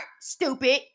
stupid